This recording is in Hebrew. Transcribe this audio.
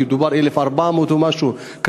כי מדובר על 1,400 ומשהו יצירות,